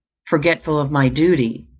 forgetful of my duty,